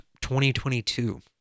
2022